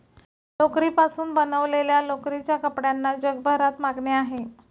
लोकरीपासून बनवलेल्या लोकरीच्या कपड्यांना जगभरात मागणी आहे